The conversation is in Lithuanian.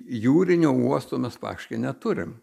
jūrinio uosto mes faktiškai neturim